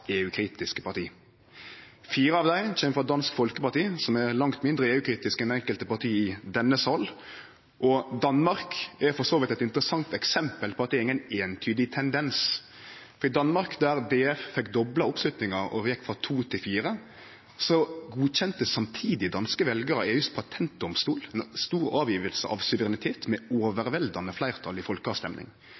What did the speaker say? parti. Fire av dei kjem frå Dansk Folkeparti, som er langt mindre EU-kritisk enn enkelte parti i denne salen. Danmark er for så vidt eit interessant eksempel på at det er ingen eintydig tendens, for i Danmark, der Dansk Folkeparti dobla oppslutninga og gjekk frå to til fire mandat, godkjende samtidig danske veljarar EUs patentdomstol – eit stort tap av suverenitet – med overveldande fleirtal